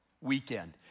Weekend